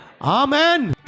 Amen